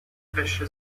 قشر